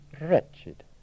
wretched